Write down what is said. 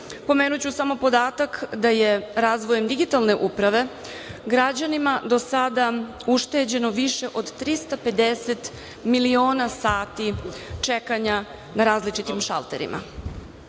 Pomenuću samo podatak da je razvojem digitalne uprave, građanima do sada ušteđeno više od 350 miliona sati čekanja na različitim šalterima.S